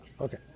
okay